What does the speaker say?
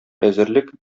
әзерлек